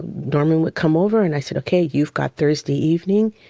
dorming would come over and i said, okay, you've got thursday evening,